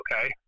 okay